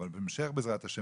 אבל בהמשך בעזרת ה',